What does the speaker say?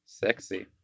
Sexy